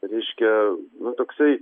reiškia nu toksai